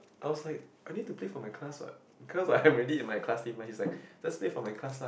I was like I need to play for my class what cause I'm already in my class team and he is like just play for my class lah